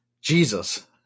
Jesus